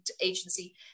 agency